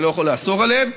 אתה לא יכול לאסור עליהם,